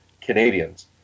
Canadians